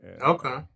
Okay